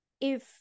if-